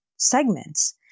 segments